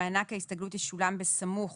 "מענק ההסתגלות ישולם בסמוך